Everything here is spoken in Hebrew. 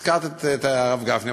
הזכרת את הרב גפני,